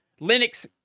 Linux